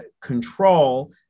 control